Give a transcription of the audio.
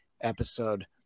episode